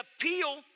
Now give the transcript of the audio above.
appeal